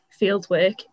fieldwork